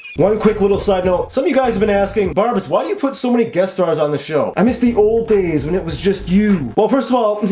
one quick little side note some of you guys have been asking barbs. why do you put so many guest stars on the show? i miss the old days when it was just you. well, first of all,